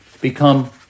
become